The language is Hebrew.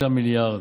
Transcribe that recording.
5 מיליארד,